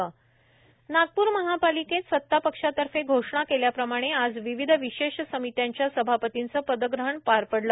सभापती पदग्रहण नागपूर महापालिकेत सतापक्षातर्फे घोषणा केल्याप्रमाणे आज विविध विशेष समित्यांच्या सभापतींचे पदग्रहण पार पडले